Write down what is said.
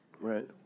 right